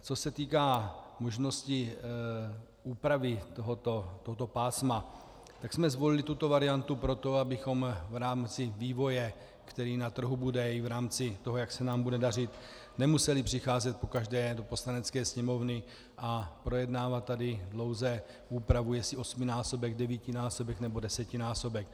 Co se týká možností úpravy tohoto pásma, tak jsme zvolili tuto variantu proto, abychom v rámci vývoje, který na trhu bude, i v rámci toho, jak se nám bude dařit, nemuseli přicházet pokaždé do Poslanecké sněmovny a projednávat tady dlouze úpravu, jestli osminásobek, devítinásobek, nebo desetinásobek.